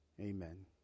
Amen